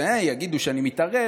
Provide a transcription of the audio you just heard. יגידו שאני מתערב,